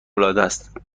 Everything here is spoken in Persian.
العادست